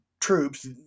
troops